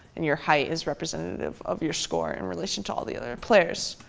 and your height is representative of your score in relation to all the other players.